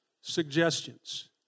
suggestions